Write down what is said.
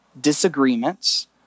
disagreements